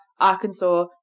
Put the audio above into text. Arkansas